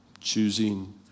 Choosing